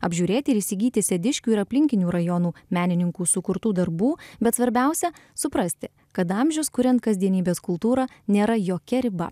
apžiūrėti ir įsigyti sediškių ir aplinkinių rajonų menininkų sukurtų darbų bet svarbiausia suprasti kad amžius kuriant kasdienybės kultūrą nėra jokia riba